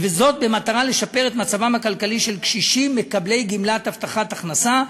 במטרה לשפר את מצבם הכלכלי של קשישים מקבלי גמלת הבטחת הכנסה.